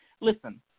listen